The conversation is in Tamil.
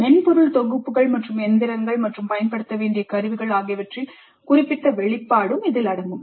மென்பொருள் தொகுப்புகள் மற்றும் எந்திரங்கள் மற்றும் பயன்படுத்த வேண்டிய கருவிகள் ஆகியவற்றின் குறிப்பிட்ட வெளிப்பாடு இதில் அடங்கும்